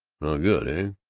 good, ah?